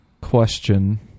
question